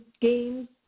games